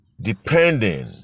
depending